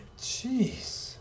Jeez